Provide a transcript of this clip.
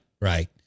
Right